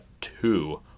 two